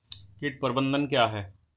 कीट प्रबंधन क्या है?